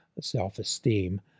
self-esteem